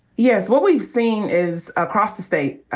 yes. what we've seen is across the state,